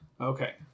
Okay